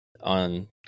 on